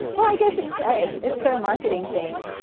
well, i guess it's their marketing thing.